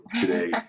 today